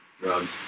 drugs